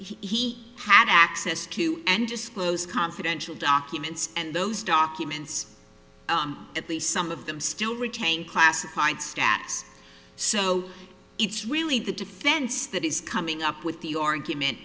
he had access to an disclose confidential documents and those documents at least some of them still retain classified status so it's really the defense that is coming up with the argument